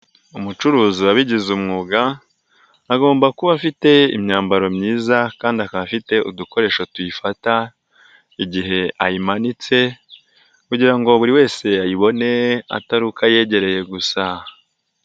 Umucuruzi wabigize umwuga, agomba kuba afite imyambaro myiza kandi akaba afite udukoresho tuyifata, igihe ayimanitse kugira ngo buri wese yayibone atari uko yegereye gusa.